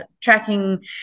tracking